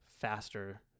faster